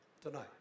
tonight